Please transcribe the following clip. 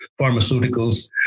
pharmaceuticals